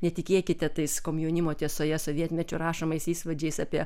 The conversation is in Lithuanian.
netikėkite tais komjaunimo tiesoje sovietmečiu rašomais įspūdžiais apie